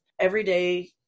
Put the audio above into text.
everyday